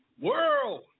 world